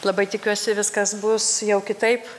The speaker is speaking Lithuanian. labai tikiuosi viskas bus jau kitaip